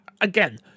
again